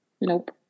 Nope